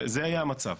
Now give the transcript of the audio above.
זה היה המצב.